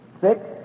Six